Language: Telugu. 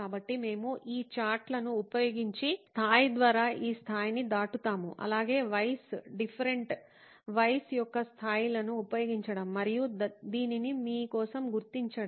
కాబట్టి మేము ఈ చార్టులను ఉపయోగించి స్థాయి ద్వారా ఈ స్థాయిని దాటుతాము అలాగే వైస్ డిఫరెంట్ వైస్ యొక్క స్థాయిలను ఉపయోగించడం మరియు దీనిని మీ కోసం గుర్తించడం